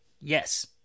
Yes